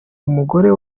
umugore